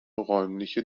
räumliche